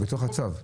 בתוך הצו.